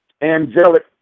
angelic